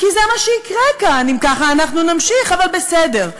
כי זה מה שיקרה כאן אם ככה אנחנו נמשיך, אבל בסדר.